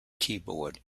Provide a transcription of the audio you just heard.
keyboard